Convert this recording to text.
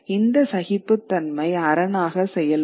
இந்த சகிப்புத்தன்மை அரணாக செயல்படும்